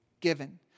Given